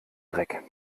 dreck